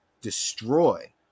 destroy